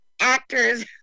actors